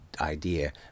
idea